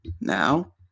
Now